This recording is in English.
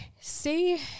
see